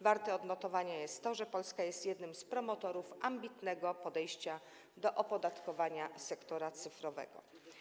Warte odnotowania jest to, że Polska jest jednym z promotorów ambitnego podejścia do opodatkowania sektora cyfrowego.